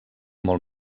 molt